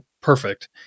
perfect